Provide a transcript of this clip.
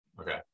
Okay